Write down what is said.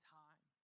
time